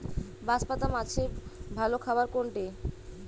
বাঁশপাতা মাছের ভালো খাবার কোনটি?